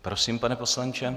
Prosím, pane poslanče.